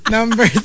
Number